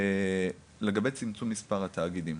לגבי צמצום מספר התאגידים,